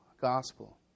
gospel